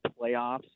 playoffs